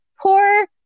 poor